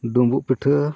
ᱰᱩᱢᱵᱩᱜ ᱯᱤᱴᱷᱟᱹ